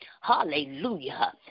Hallelujah